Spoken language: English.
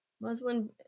muslin